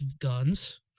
guns